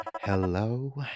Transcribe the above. Hello